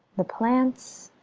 the plants.